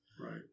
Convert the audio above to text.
Right